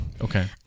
okay